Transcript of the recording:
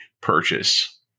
purchase